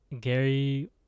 gary